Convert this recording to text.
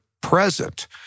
present